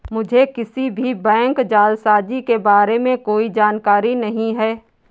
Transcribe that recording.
मुझें किसी भी बैंक जालसाजी के बारें में कोई जानकारी नहीं है